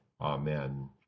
Amen